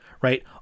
right